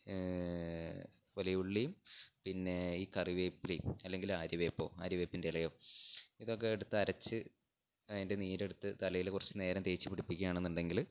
വലിയ ഉള്ളിയും പിന്നെ ഈ കറിവേപ്പിലയും അല്ലെങ്കില് ആര്യവേപ്പോ ആര്യവേപ്പിൻ്റെ ഇലയോ ഇതൊക്കെയെടുത്ത് അരച്ച് അതിൻ്റെ നീരെടുത്ത് തലയില് കുറച്ചുനേരം തേച്ച് പിടിപ്പിക്കുകയാണെന്നുണ്ടെങ്കില്